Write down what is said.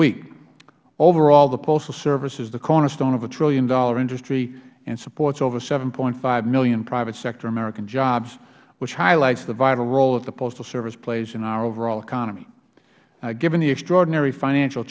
week overall the postal service is the cornerstone of a trillion dollar industry and supports over seven point five million private sector american jobs which highlights the vital role that the postal service plays in our overall economy given the extraordinary financial